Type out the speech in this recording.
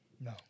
No